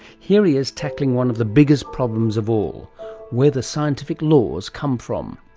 here he is tackling one of the biggest problems of all where the scientific laws come from.